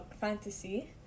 fantasy